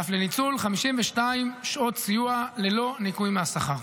ואף לניצול 52 שעות סיוע ללא ניכוי מהשכר.